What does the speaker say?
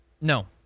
No